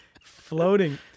floating